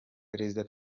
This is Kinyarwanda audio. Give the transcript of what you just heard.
perezida